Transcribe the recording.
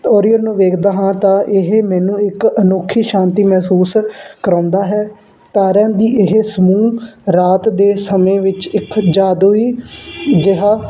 Orion ਨੂੰ ਵੇਖਦਾ ਹਾਂ ਤਾਂ ਇਹ ਮੈਨੂੰ ਇੱਕ ਅਨੌਖੀ ਸ਼ਾਂਤੀ ਮਹਿਸੂਸ ਕਰਵਾਉਂਦਾ ਹੈ ਤਾਰਿਆਂ ਦੀ ਇਹ ਸਮੂਹ ਰਾਤ ਦੇ ਸਮੇਂ ਵਿੱਚ ਇੱਕ ਜਾਦੂਈ ਜਿਹਾ